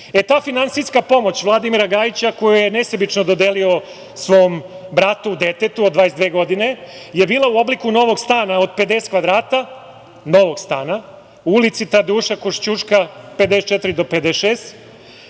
Ta finansijska pomoć Vladimira Gajića koju je nesebično dodelio svom bratu, detetu od 22 godine, bila je u obliku novog stana od 50 kvadrata u ulici Tadeuša Košćuška 54 do 56.